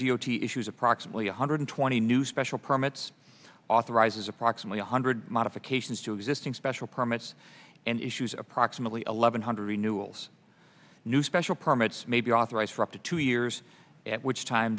t issues approximately one hundred twenty new special permits authorizes approximately one hundred modifications to existing special permits and issues approximately eleven hundred renewables new special permits may be authorized for up to two years at which time